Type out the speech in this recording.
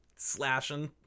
slashing